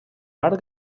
arc